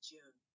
June